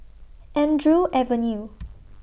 Andrew Avenue